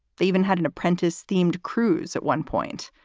they even had an apprentice themed cruise at one point.